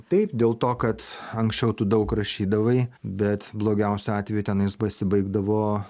taip dėl to kad anksčiau tu daug rašydavai bet blogiausiu atveju tenais pasibaigdavo